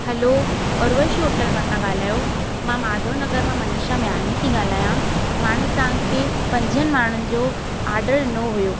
hello Urvashi hotel मां था ॻाल्हायो मां माधव नगर मां मनीषा मेयानी थी ॻाल्हायां मां न तव्हांखे पंजनि माण्हुनि जो ऑडर ॾिनो हुयो